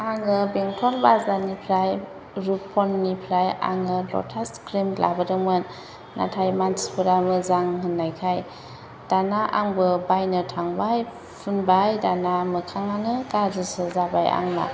आङो बेंथल बाजारनिफ्राय रुपननिफ्राय आङो लटास क्रिम लाबोदोंमोन नाथाय मानसिफोरा मोजां होननायखाय दानिया आंबो बायनो थांबाय फुनबाय दाना मोखाङानो गाज्रिसो जाबाय आंना